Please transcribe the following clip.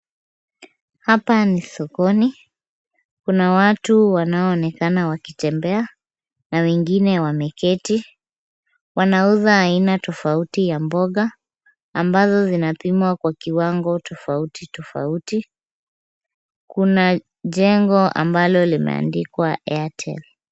Hapa ni sokoni, kuna watu wanaoonekana wakitembea na wengine wameketi. Wanauza aina tofauti ya mboga ambazo zinapimwa kwa kiwango tofauti tofauti. Kuna jengo ambalo limeandikwa Airtel.